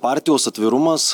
partijos atvirumas